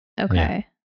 Okay